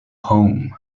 home